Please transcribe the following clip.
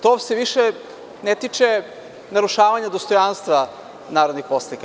To se više ne tiče narušavanja dostojanstva narodnih poslanika.